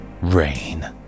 rain